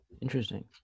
interesting